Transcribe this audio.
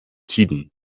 tiden